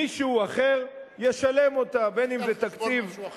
מישהו אחר ישלם אותה, היא על חשבון מישהו אחר.